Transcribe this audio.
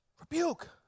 Rebuke